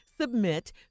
Submit